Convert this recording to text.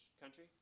country